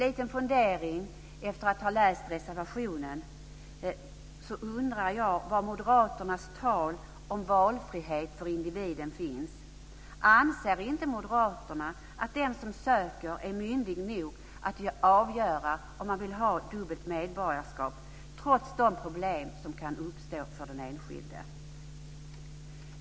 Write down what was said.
Efter att jag har läst reservationen har jag en liten fundering: Jag undrar var moderaternas tal om valfrihet för individen finns. Anser inte moderaterna att de som söker är myndiga nog att avgöra om de vill ha dubbelt medborgarskap, trots de problem som kan uppstå för den enskilde?